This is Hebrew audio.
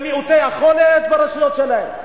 למעוטי יכולת, ברשויות שלהם.